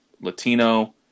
Latino